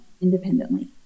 independently